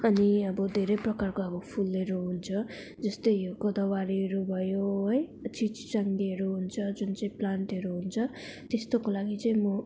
अनि अब धेरै प्रकारको अब फुलहरू हुन्छ जस्ते यो गोदावरीहरू भयो है चिचुचाङ्गेहरू हुन्छ जुन चाहिँ प्लान्टहरू हुन्छ त्यस्तोको लागि चाहिँ म